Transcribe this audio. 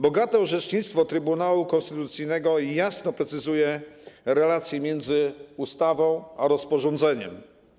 Bogate orzecznictwo Trybunału Konstytucyjnego jasno precyzuje relacje między ustawą a rozporządzeniem.